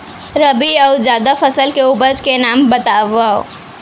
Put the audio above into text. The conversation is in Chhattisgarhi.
रबि अऊ जादा फसल के बीज के नाम बताव?